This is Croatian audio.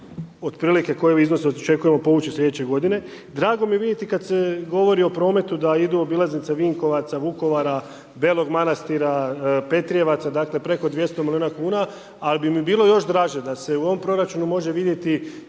otprilike u kojem iznosu očekujemo povući sljedeće godine. Drago mi je vidjeti kada se govori o prometu da idu obilaznice Vinkovaca, Vukovara, Belog Manastira, Petrjevaca, dakle preko 200 milijuna kuna. Ali bi mi bilo još draže da se u ovom proračunu može vidjeti